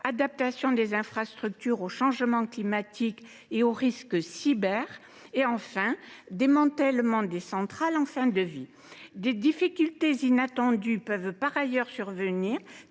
adaptation des infrastructures au changement climatique et aux risques cyber ; enfin, démantèlement des centrales en fin de vie. Des difficultés inattendues peuvent par ailleurs survenir,